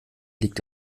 liegt